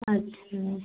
अच्छा